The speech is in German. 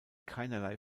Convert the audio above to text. keinerlei